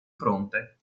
fronte